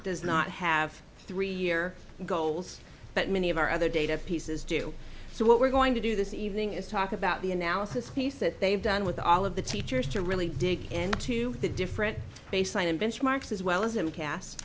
does not have three year goals but many of our other data pieces do so what we're going to do this evening is talk about the analysis piece that they've done with all of the teachers to really dig into the different baseline and benchmarks as well as him cast